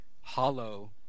hollow